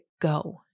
go